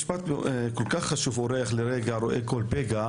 אורח לרגע רואה פגע,